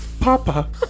Papa